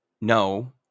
no